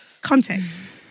Context